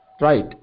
Right